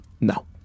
No